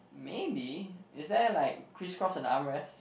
maybe is there like crisscross and armrest